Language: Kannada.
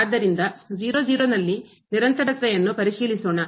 ಆದ್ದರಿಂದನಲ್ಲಿ ನಿರಂತರತೆಯನ್ನು ಪರಿಶೀಲಿಸೋಣ